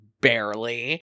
barely